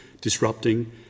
disrupting